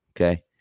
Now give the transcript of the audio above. Okay